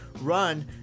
run